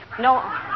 No